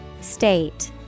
State